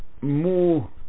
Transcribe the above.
more